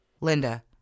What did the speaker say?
Linda